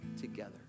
together